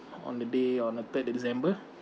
on the day on the third december